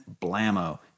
blammo